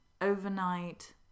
overnight